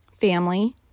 family